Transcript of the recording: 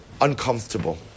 uncomfortable